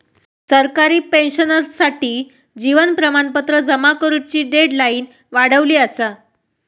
सरकारी पेंशनर्ससाठी जीवन प्रमाणपत्र जमा करुची डेडलाईन वाढवली असा